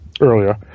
earlier